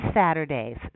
Saturdays